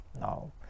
no